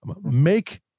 Make